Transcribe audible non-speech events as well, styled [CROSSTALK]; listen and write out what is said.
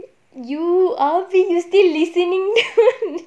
you always you still listening [LAUGHS]